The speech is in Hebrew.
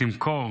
תמכור